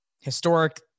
historic